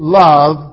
love